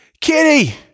Kitty